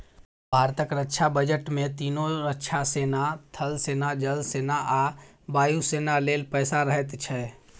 भारतक रक्षा बजट मे तीनों रक्षा सेना थल सेना, जल सेना आ वायु सेना लेल पैसा रहैत छै